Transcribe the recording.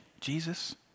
jesus